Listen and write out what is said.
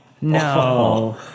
no